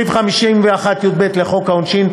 41. סעיף 51יב לחוק העונשין,